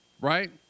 Right